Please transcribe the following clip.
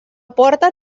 porta